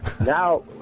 now